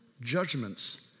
judgments